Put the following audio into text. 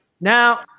now